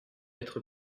être